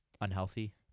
unhealthy